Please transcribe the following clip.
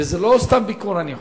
וזה לא סתם ביקור, אני חושב.